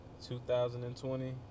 2020